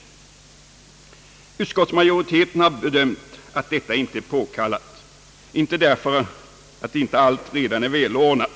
Enligt utskottsmajoritetens bedömning är detta inte påkallat — inte därför att allt redan är välordnat